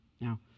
Now